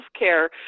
healthcare